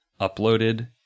uploaded